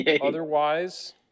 Otherwise